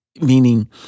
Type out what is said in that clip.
meaning